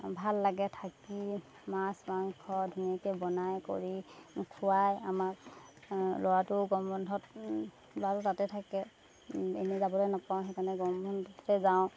ভাল লাগে থাকি মাছ মাংস ধুনীয়াকৈ বনাই কৰি খোৱাই আমাক ল'ৰাটোও গৰম বন্ধত বাৰু তাতে থাকে এনেই যাবলৈ নাপাওঁ সেইকাৰণে গৰম বন্ধতে যাওঁ